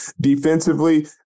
Defensively